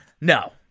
No